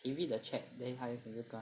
he read the chat then 还